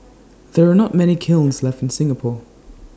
there are not many kilns left in Singapore